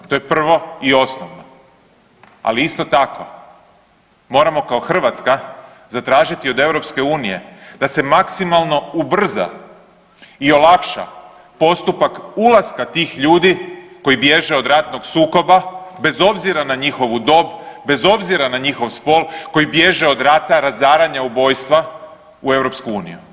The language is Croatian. To je prvo i osnovno, ali isto tako moramo kao Hrvatska zatražiti od EU da se maksimalno ubrza i olakša postupak ulaska tih ljudi koji bježe od ratnog sukoba bez obzira na njihovu dob, bez obzira na njihov spol, koji bježe od rata, razaranja, ubojstva u EU.